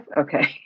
Okay